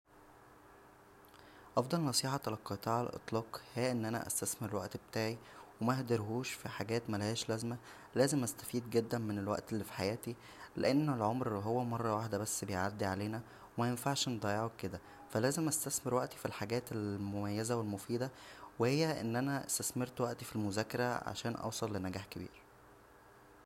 افضل نصيحه تلقيتها على الاطلاق هى ان انا استثمر الوقت بتاعى ومهدرهوش فحاجات ملهاش لازمه لازم استفيد جدا من الوقت اللى فحياتى لان العمر هو مره واحده بس بيعدى علينا ومينفعش نضيعه كدا را لازم استثمر وقتى فالحجات المميزه والمفيده وهى ان انا استثمرت وقتى فالمذاكره عشان اوصل لنجاح كبير